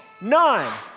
nine